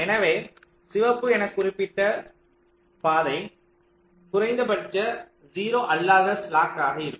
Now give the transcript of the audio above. எனவே சிவப்பு எனக் குறிக்கப்பட்ட பாதை குறைந்தபட்ச 0 அல்லாத ஸ்லாக்காக இருக்கும்